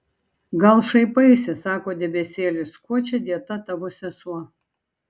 gal šaipaisi sako debesėlis kuo čia dėta tavo sesuo